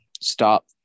stop